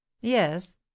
Yes